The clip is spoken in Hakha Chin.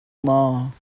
maw